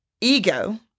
ego